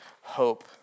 hope